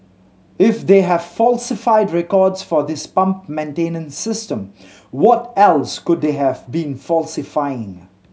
if they have falsified records for this pump maintenance system what else could they have been falsifying